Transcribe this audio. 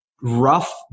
rough